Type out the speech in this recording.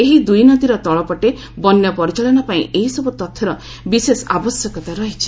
ଏହି ଦୁଇ ନଦୀର ତଳପଟେ ବନ୍ୟା ପରିଚାଳନା ପାଇଁ ଏହି ସବୁ ତଥ୍ୟର ବିଶେଷ ଆବଶ୍ୟକତା ରହିଛି